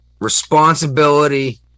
Responsibility